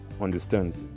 understands